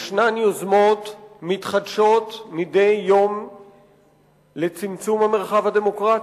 יש יוזמות מתחדשות מדי יום לצמצום המרחב הדמוקרטי.